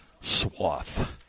swath